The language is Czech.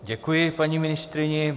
Děkuji paní ministryni.